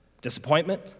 disappointment